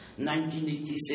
1987